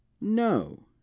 No